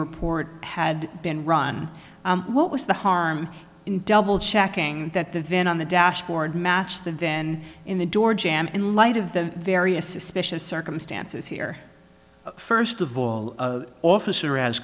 report had been run what was the harm in double checking that the van on the dashboard matched the van in the door jamb in light of the various suspicious circumstances here first of all officer as